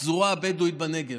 הפזורה הבדואית בנגב.